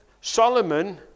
solomon